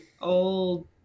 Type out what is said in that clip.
Old